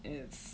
it's